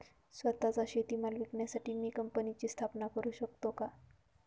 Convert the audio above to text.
स्वत:चा शेतीमाल विकण्यासाठी मी कंपनीची स्थापना करु शकतो का?